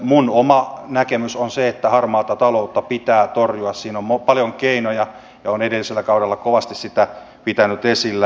minun oma näkemykseni on että harmaata taloutta pitää torjua siinä on paljon keinoja ja olen edellisellä kaudella kovasti sitä pitänyt esillä